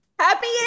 happy